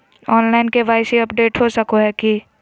Online KYC update हो सको है की?